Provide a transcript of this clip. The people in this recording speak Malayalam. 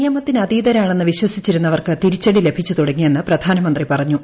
നിയമത്തിനതീതരാണെന്ന് വിശ്വസിച്ചിരുന്നവർക്ക് തിരിചടി ലഭിച്ചുതുടങ്ങിയെന്ന് പ്രധാനമന്ത്രി പാത്ത്തു